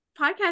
podcast